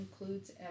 includes